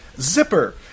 Zipper